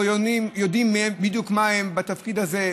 או יודעים בדיוק מהן בתפקיד הזה,